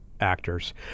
actors